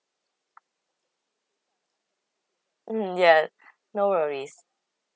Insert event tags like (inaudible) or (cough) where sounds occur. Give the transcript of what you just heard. mm yeah (breath) no worries